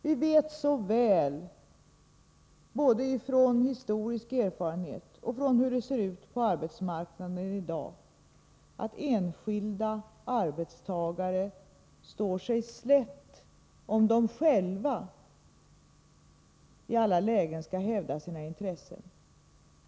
Vi vet så väl, både genom historisk erfarenhet och genom insikt om hur öka den personliga friheten öka den personliga friheten arbetsmarknaden ser ut i dag, att enskilda arbetstagare står sig slätt, om de själva i alla lägen skall hävda sina intressen.